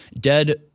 dead